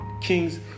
kings